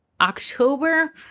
October